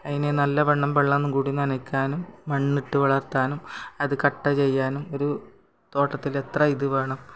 അതിനെ നല്ല വണ്ണം വെള്ളം കൂടി നനക്കാനും മണ്ണിട്ട് വളർത്താനും അത് കട്ട് ചെയ്യാനും ഒരു തോട്ടത്തിലെത്ര ഇത് വേണം